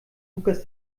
lukas